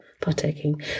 partaking